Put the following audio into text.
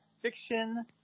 fiction